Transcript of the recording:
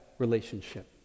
Relationship